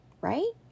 right